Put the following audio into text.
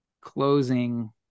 closing